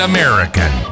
American